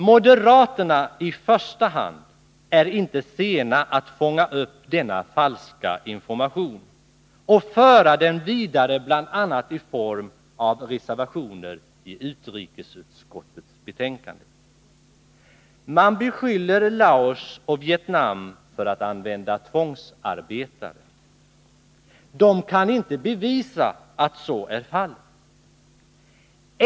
Moderaterna, i första hand, är inte sena att fånga upp denna falska information och föra den vidare bl.a. i form av reservationer vid utrikesutskottets betänkande. De beskyller Laos och Vietnam för att använda tvångsarbetare. De kan inte bevisa att så är fallet.